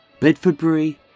Bedfordbury